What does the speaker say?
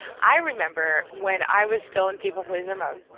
i remember when i was still in people-pleaser mode.